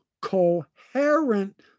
coherent